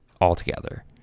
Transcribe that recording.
altogether